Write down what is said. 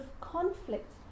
conflict